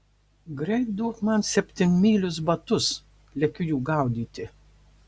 greit duok man septynmylius batus lekiu jų gaudyti